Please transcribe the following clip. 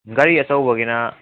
ꯒꯥꯔꯤ ꯑꯆꯧꯕꯒꯤꯅ